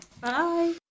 bye